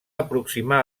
aproximar